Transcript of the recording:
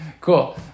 Cool